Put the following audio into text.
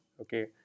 Okay